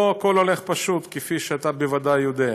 לא הכול הולך פשוט, כפי שאתה בוודאי יודע,